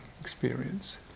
experience